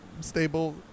stable